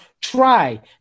try